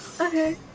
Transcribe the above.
Okay